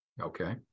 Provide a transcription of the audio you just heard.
Okay